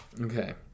Okay